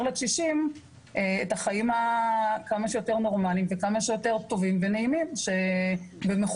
לקשישים חיים כמה שיותר נורמליים וכמה שיותר טובים ונעימים ומכובדים,